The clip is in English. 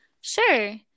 Sure